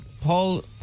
Paul